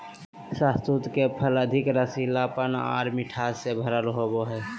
शहतूत के फल अधिक रसीलापन आर मिठास से भरल होवो हय